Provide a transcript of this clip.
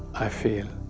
i feel,